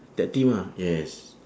tag team ah yes